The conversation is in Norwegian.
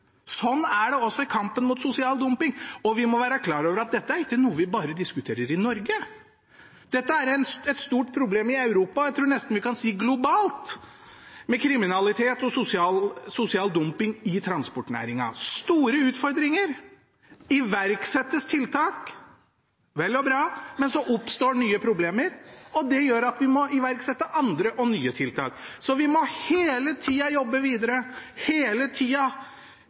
Sånn er det også i kampen mot sosial dumping. Vi må være klar over at dette er ikke noe vi bare diskuterer i Norge. Det er et stort problem i Europa – jeg tror nesten vi kan si globalt – med kriminalitet og sosial dumping i transportnæringen. Det er store utfordringer, og det iverksettes tiltak – vel og bra – men så oppstår nye problemer, og det gjør at man må iverksette andre og nye tiltak. Vi må hele tida jobbe videre, hele tida